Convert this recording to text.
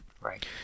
Right